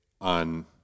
on